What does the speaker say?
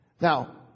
Now